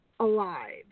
Alive